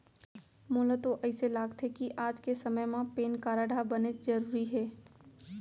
मोला तो अइसे लागथे कि आज के समे म पेन कारड ह बनेच जरूरी हे